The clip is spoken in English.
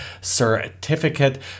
certificate